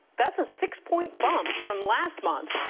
that's a six point bump from last month.